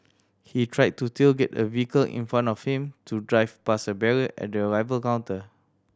he tried to tailgate a vehicle in front of him to drive past a barrier at the arrival counter